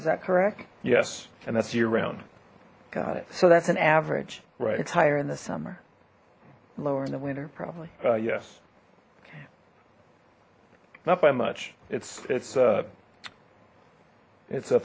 is that correct yes and that's year round got it so that's an average right it's higher in the summer lower in the winter probably yes okay not by much it's it's uh it's a